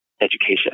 education